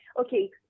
Okay